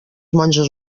monges